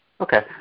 Okay